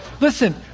listen